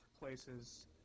places